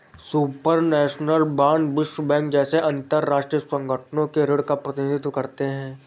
supranational bond विश्व bank जैसे अंतरराष्ट्रीय संगठनों के ऋण का प्रतिनिधित्व करते हैं